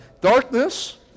darkness